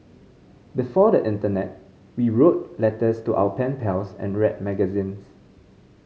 before the internet we wrote letters to our pen pals and read magazines